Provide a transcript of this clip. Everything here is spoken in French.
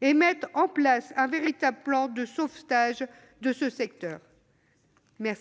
et mette en place un véritable plan de sauvetage de ce secteur. La